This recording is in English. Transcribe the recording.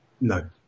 No